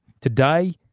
today